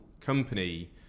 company